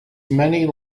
many